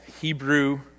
Hebrew